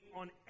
on